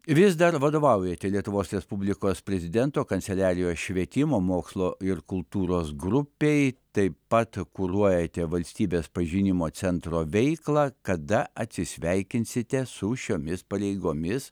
vis dar vadovaujate lietuvos respublikos prezidento kanceliarijos švietimo mokslo ir kultūros grupei taip pat kuruojate valstybės pažinimo centro veiklą kada atsisveikinsite su šiomis pareigomis